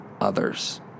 others